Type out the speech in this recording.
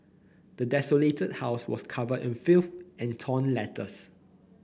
the desolated house was covered in filth and torn letters